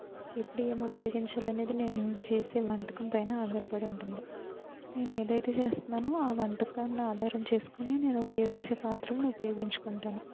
ఎప్పుడు ఏమి ఉపయోగించాలి అనేది నేను చేసే వంటకం పైన ఆధారపడి ఉంటుంది నేను ఏదైతే చేస్తున్నానో ఆ వంటకాన్ని ఆధారం చేసుకొని నేను ఉపయోగించే పాత్రలను ఉపయోగించుకుంటాను